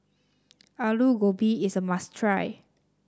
Alu Gobi is a must try